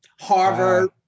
Harvard